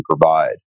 provide